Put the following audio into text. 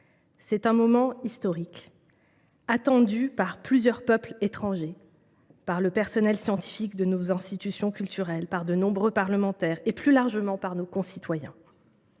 C’est un moment historique, attendu par plusieurs peuples étrangers, par le personnel scientifique de nos institutions culturelles, par de nombreux parlementaires et, plus largement, par nos concitoyens.